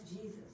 Jesus